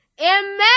Amen